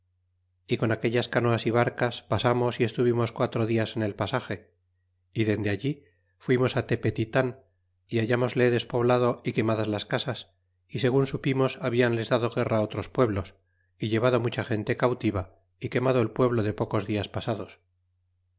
y con aquellas canoas y barcas pasamos y estuvimos quatro dias en el pasage y dende allí fuimos tepetitan y hallamosle despoblado y quemadas las casas y segun supimos habianles dado guerra otros pueblos y llevado mucha gente cautiva y quemado el pueblo de pocos dias pasados